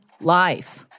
life